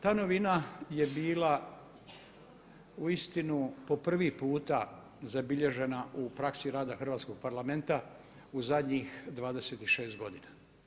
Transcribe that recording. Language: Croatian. Ta novina je bila uistinu po prvi puta zabilježena u praksi rada Hrvatskog parlamenta u zadnjih 26 godina.